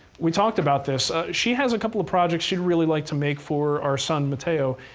we talked about this. she has a couple of projects she'd really like to make for our son, mateo,